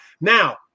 now